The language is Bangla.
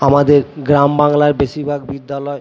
আমাদের গ্রাম বাংলার বেশিরভাগ বিদ্যালয়